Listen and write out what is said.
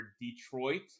Detroit